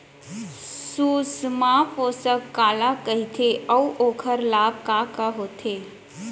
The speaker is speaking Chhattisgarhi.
सुषमा पोसक काला कइथे अऊ ओखर लाभ का का होथे?